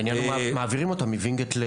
מעבירים אותם מווינגייט.